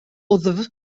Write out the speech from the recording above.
wddf